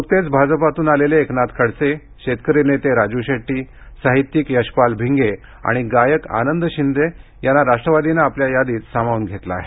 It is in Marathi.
नुकतेच भाजपातून आलेले एकनाथ खडसे शेतकरी नेते राजू शेट्टी साहित्यिक यशपाल भिंगे आणि गायक आनंद शिंदे यांना राष्ट्रवादीनं आपल्या यादीत सामावून घेतलं आहे